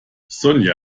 sonja